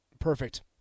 Perfect